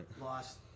lost